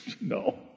No